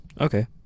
Okay